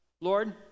Lord